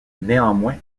néanmoins